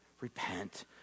Repent